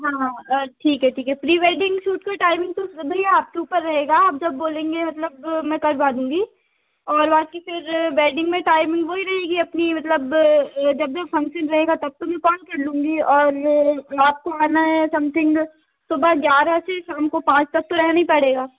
हाँ ठीक है ठीक है प्री वेडिंग सूट को टाइमिंग तो भैया आपके ऊपर रहेगा आप जब बोलेंगे मतलब मैं करवा दूँगी और बाकी फिर बेडिंग में टाइमिंग वही रहेगी अपनी मतलब जब जब फंशन रहेगा तब तो मैं कॉल कर लूँगी और आपको आना है समथिंग सुबह ग्यारह से शाम को पाँच तक तो रहना ही पड़ेगा